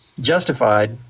justified